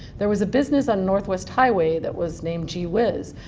there was a business on northwest highway that was named gee whiz,